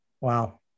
Wow